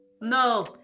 No